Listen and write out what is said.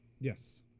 Yes